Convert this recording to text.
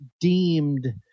deemed